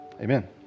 Amen